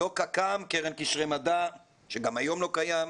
לא קק"מ, קרן קשרי מדע, שגם היום לא קיים,